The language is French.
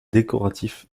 décoratif